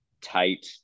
tight